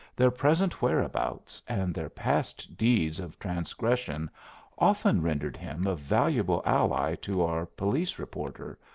their present whereabouts, and their past deeds of transgression often rendered him a valuable ally to our police reporter,